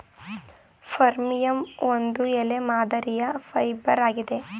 ಫರ್ಮಿಯಂ ಒಂದು ಎಲೆ ಮಾದರಿಯ ಫೈಬರ್ ಆಗಿದೆ